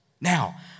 Now